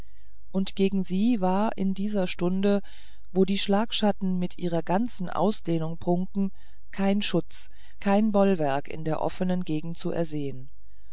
und gegen sie war in dieser stunde wo die schlagschatten mit ihrer ganzen ausdehnung prunken kein schutz kein bollwerk in der offenen gegend zu ersehn